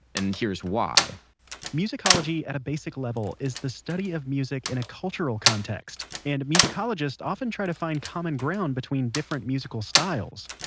and here's why musicology at a basic level, is the study of music in a cultural context. and musicologists often try to find common ground between different musical styles.